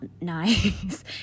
nice